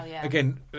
again